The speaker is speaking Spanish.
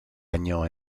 año